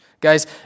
Guys